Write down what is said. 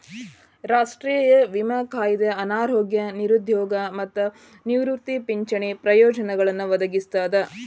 ರಾಷ್ಟ್ರೇಯ ವಿಮಾ ಕಾಯ್ದೆ ಅನಾರೋಗ್ಯ ನಿರುದ್ಯೋಗ ಮತ್ತ ನಿವೃತ್ತಿ ಪಿಂಚಣಿ ಪ್ರಯೋಜನಗಳನ್ನ ಒದಗಿಸ್ತದ